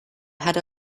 had